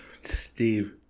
Steve